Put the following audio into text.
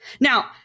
Now